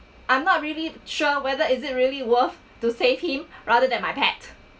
I'm not really sure whether is it really worth to save him rather than my pet